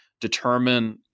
determine